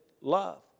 love